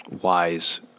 wise